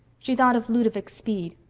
she thought of ludovic speed.